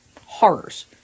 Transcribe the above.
Horrors